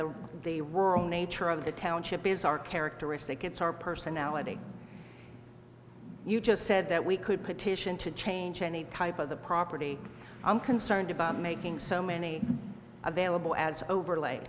the the world nature of the township is our characteristic it's our personality you just said that we could petition to change any type of the property i'm concerned about making so many available as overla